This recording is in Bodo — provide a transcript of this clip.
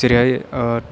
जेरैहाय